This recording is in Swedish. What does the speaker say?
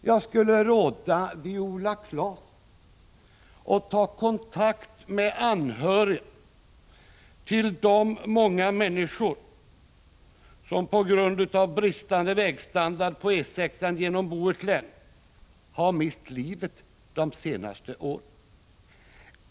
Jag vill råda Viola Claesson att sätta sig i förbindelse med anhöriga till de många människor som under de senaste åren mist livet på grund av dålig vägstandard på E 6-an.